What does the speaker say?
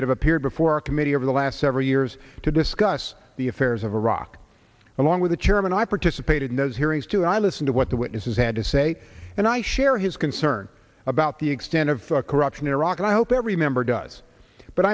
that appeared before our committee over the last several years to discuss the affairs of iraq along with the chairman i participated in those hearings to i listen to what the witnesses had to say and i share his concern about the extent of corruption in iraq and i hope every member does but